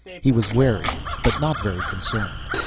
he was wary but not very concerned.